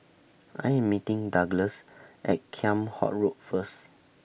I Am meeting Douglass At Kheam Hock Road First